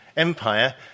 Empire